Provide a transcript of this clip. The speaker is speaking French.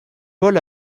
paul